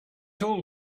told